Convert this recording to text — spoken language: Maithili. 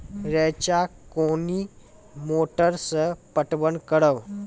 रेचा कोनी मोटर सऽ पटवन करव?